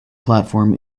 platform